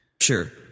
Sure